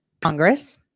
Congress